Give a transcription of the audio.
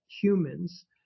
humans